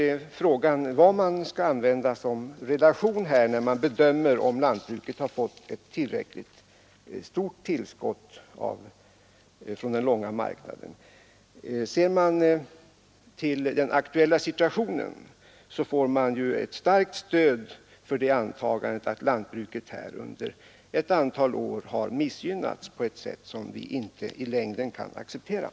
Då är frågan vilken relation man skall använda när man bedömer, om lantbruket har fått ett tillräckligt stort tillskott från den långa marknaden. Oavsett vilken bedömningsgrund man använder får man ett starkt stöd för antagandet att lantbruket under ett antal år har missgynnats på ett sätt som inte kan accepteras.